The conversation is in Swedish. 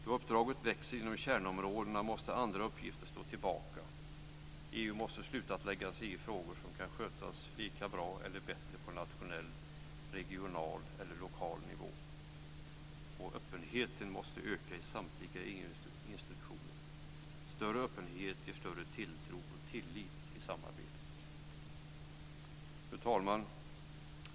Då uppdraget växer inom kärnområdena måste andra uppgifter stå tillbaka. EU måste sluta att lägga sig i frågor som kan skötas lika bra eller bättre på nationell, regional eller lokal nivå. Öppenheten måste öka i samtliga EU:s institutioner. Större öppenhet ger större tilltro och tillit till samarbetet. Fru talman!